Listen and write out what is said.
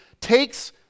takes